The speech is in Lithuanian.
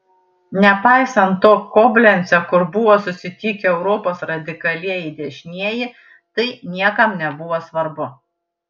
nepaisant to koblence kur buvo susitikę europos radikalieji dešinieji tai niekam nebuvo svarbu